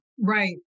Right